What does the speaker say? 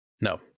no